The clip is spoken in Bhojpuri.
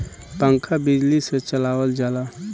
पंखा बिजली से चलावल जाला